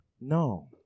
No